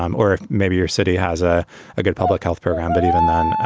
um or maybe your city has a ah good public health program. but even then,